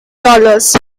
dollars